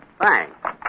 Thanks